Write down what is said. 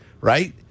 right